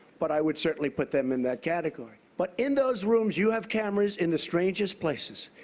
but i would certainly put them in that category. but in those rooms, you have cameras in the strangest places.